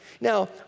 Now